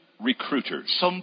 recruiters